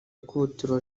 ikubitiro